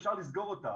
אפשר לסגור אותה,